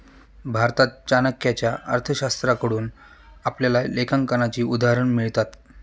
भारतात चाणक्याच्या अर्थशास्त्राकडून आपल्याला लेखांकनाची उदाहरणं मिळतात